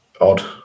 odd